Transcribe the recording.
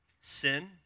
sin